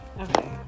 okay